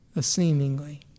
seemingly